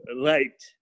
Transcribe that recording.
right